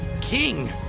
King